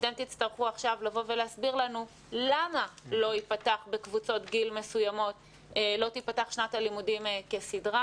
אתם תצטרכו עכשיו לבוא ולהסביר לנו למה לא תיפתח שנת לימודים כסדרה.